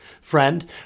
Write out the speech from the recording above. friend